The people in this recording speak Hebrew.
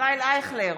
ישראל אייכלר,